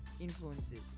influences